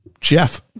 Jeff